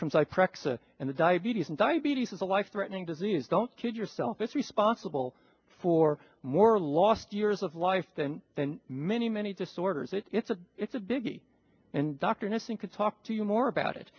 zyprexa and the diabetes and diabetes is a life threatening disease don't kid yourself it's responsible for more lost years of life than than many many disorders and it's a it's a biggie and dr nissen could talk to you more about it